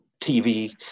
TV